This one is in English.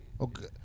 Okay